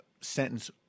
sentence